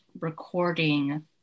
recording